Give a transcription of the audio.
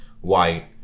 white